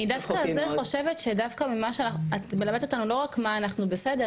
אני חושבת שאת דווקא מלמדת אותנו לא רק במה אנחנו בסדר,